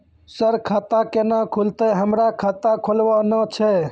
Sir खाता केना खुलतै, हमरा खाता खोलवाना छै?